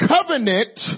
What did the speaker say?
covenant